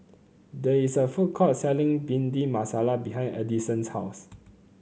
there is a food court selling Bhindi Masala behind Edison's house